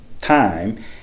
time